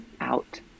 out